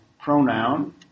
pronoun